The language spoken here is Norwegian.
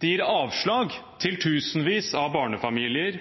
De gir avslag til tusenvis av barnefamilier,